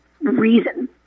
reason